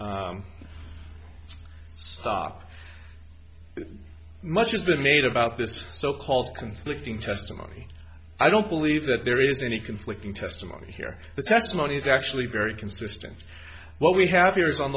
i much has been made about this so called conflicting testimony i don't believe that there is any conflicting testimony here the testimony is actually very consistent what we have here is on